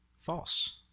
false